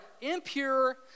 impure